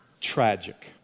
tragic